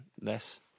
less